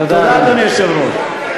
תודה, אדוני היושב-ראש.